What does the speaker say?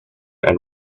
and